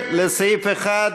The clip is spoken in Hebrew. ציפי לבני,